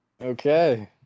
Okay